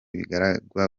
bibagirwa